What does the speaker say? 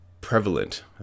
prevalent